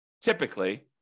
typically